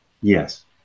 Yes